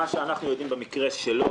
ממה שאנחנו יודעים במקרה שלו,